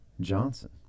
Johnson